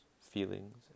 feelings